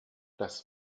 das